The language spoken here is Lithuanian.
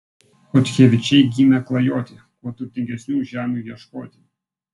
chodkevičiai gimę klajoti kuo turtingesnių žemių ieškoti